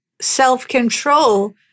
self-control